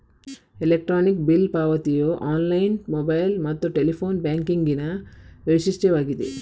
electronic bill ಪಾವತಿಯು online, mobile ಮತ್ತು telephone ಬ್ಯಾಂಕಿಂಗಿನ ವೈಶಿಷ್ಟ್ಯವಾಗಿದೆ